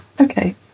Okay